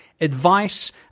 advice